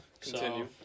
Continue